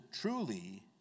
truly